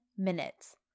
minutes